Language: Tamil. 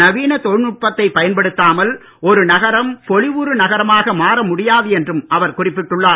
நவீனத் தொழில்நுட்பத்தைப் பயன்படுத்தாமல் ஒரு நகரம் பொலிவுற நகரமாக மாற முடியாது என்றும் அவர் குறிப்பிட்டுள்ளார்